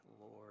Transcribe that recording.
Lord